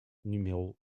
numéro